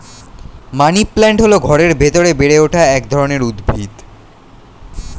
money plant হল ঘরের ভেতরে বেড়ে ওঠা এক ধরনের উদ্ভিদ